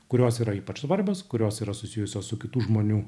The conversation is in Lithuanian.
kurios yra ypač svarbios kurios yra susijusios su kitų žmonių